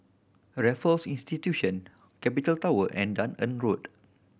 Raffles Institution Capital Tower and Dunearn Road